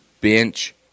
bench –